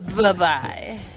Bye-bye